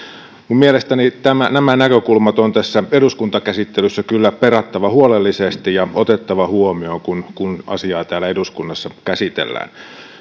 mielestäni nämä näkökulmat on tässä eduskuntakäsittelyssä kyllä perattava huolellisesti ja otettava huomioon kun kun asiaa täällä eduskunnassa käsitellään